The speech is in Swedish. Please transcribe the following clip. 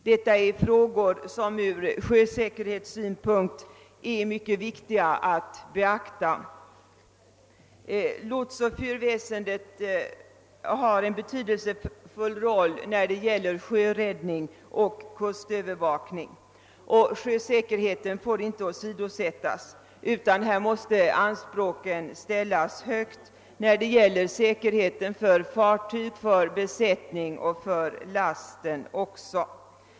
Detta är frågor som ur sjösäkerhetssynpunkt är mycket viktiga att beakta. Lotsoch fyrväsendet spelar en betydelsefull roll när det gäller sjöräddning och kustövervakning. Sjösäkerheten får inte åsidosättas. Anspråken måste ställas högt när det gäller säkerhet för fartyg, besättning och last.